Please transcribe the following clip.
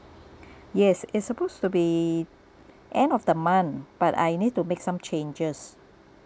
yes it's supposed to be end of the month but I need to make some changes